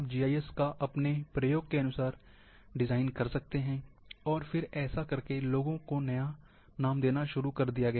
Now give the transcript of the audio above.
आप जीआईएस का अपने प्रयोग के अनुसार डिज़ाइन कर सकते हैं और फिर ऐसा करके लोगों ने नया नाम देना शुरू कर दिया